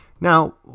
Now